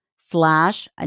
slash